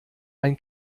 ein